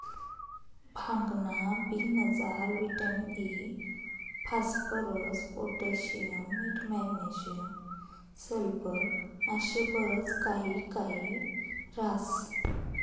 भांगना बी मजार विटामिन इ, फास्फरस, पोटॅशियम, मीठ, मॅग्नेशियम, सल्फर आशे बरच काही काही ह्रास